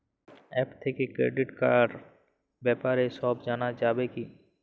App থেকে credit কার্ডর ব্যাপারে সব জানা যাবে কি?